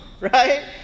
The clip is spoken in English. right